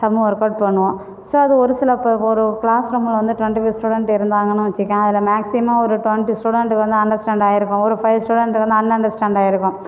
சம்மு workout பண்ணுவோம் so அது ஒரு சில இப்போ ஒரு கிளாஸ் ரூமில் வந்து டுவென்ட்டி ஃபைவ் ஸ்டூடண்ட் இருந்தாங்கன்னு வைச்சிக்க அதில் மேக்ஸிமம் ஒரு டுவென்ட்டி ஸ்டூடண்ட்டுக்கு வந்து அண்டர்ஸ்டாண்ட் ஆகியிருக்கும் ஒரு ஃபைவ் ஸ்டூடண்ட்டுக்கு அன் அண்டர்ஸ்டாண்ட் ஆகியிருக்கும்